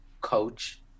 coach